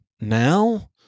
now